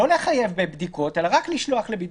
לא לחייב בבדיקות אלא רק לשלוח לבידוד.